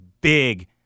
big